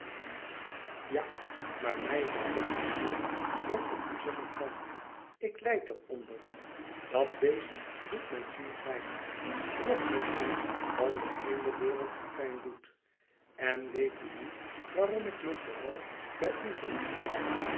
ja maar mij hindert het meer dan ik u zeggen kan ik lijd er onder dat beest doet mijn ziel pijn nog meer pijn dan de heele wereld haar pijn doet en weet u nu waarom ik me vooral bij u voel